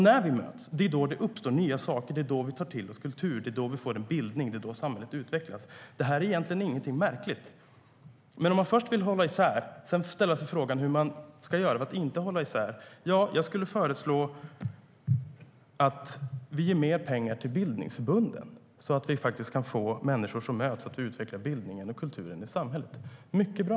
När vi möts uppstår nya saker. Vi tar till oss kultur. Vi bildas, och samhället utvecklas. Det är egentligen inte märkligt. Först vill man hålla isär för att sedan ställa sig frågan hur man ska göra för att inte hålla isär. Jag föreslår att vi ger mer pengar till bildningsförbunden så att människor som möts kan utveckla bildningen och kulturen i samhället. Det är mycket bra!